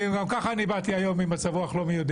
גם ככה באתי היום עם מצב רוח לא מי יודע